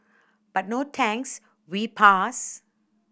but no thanks we pass